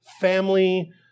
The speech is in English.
family